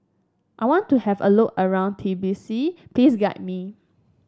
I want to have a look around Tbilisi Please guide me